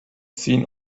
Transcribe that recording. seen